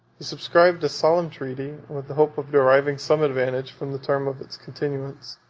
he subscribed a solemn treaty, with the hope of deriving some advantage from the term of its continuance,